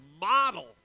model